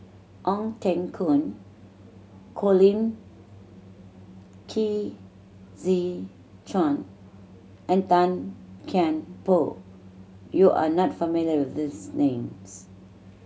Ong Teng Koon Colin Qi Zhe Quan and Tan Kian Por you are not familiar with these names